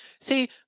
see